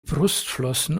brustflossen